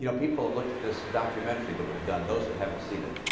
you know people have looked at this documentary that was done. those that haven't seen it,